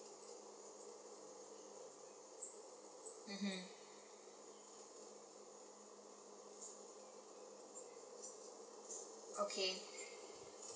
mmhmm okay